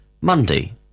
Monday